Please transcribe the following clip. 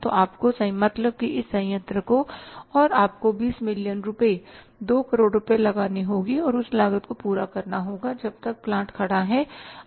तो आपको मतलब की इस संयंत्र को और आपको 20 मिलियन रुपये 2 करोड़ रुपये लगानी होगी और उस लागत को पूरा करना होगा जब तक प्लांटखड़ा होता है